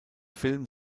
film